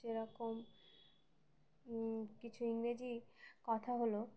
সেরকম কিছু ইংরেজি কথা হলো